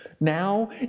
Now